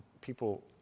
People